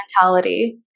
mentality